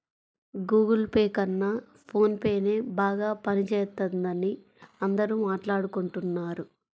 Google Pay కన్నా phone పేనే బాగా పనిజేత్తందని అందరూ మాట్టాడుకుంటన్నారు